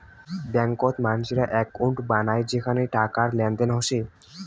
ব্যাংকত মানসিরা একউন্ট বানায় যেখানে টাকার লেনদেন হসে